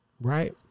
right